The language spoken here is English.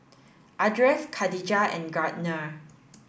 Ardeth Kadijah and Gardner